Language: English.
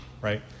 right